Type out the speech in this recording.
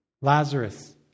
Lazarus